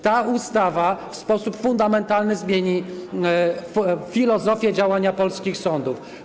Ta ustawa w sposób fundamentalny zmieni filozofię działania polskich sądów.